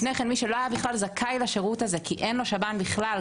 לפני כן מי שלא היה בכלל זכאי לשירות הזה כי אין לו שב"ן בכלל,